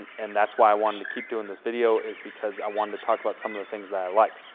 and that's why i wanted to keep doing this video is because i wanted to talk about some of the things that i like.